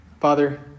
Father